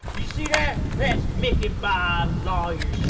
you see that, that's mickey bob's lawyer,